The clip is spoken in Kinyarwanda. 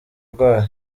rwayo